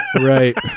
Right